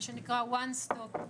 מה שנקרא וואן סטופ.